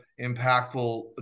impactful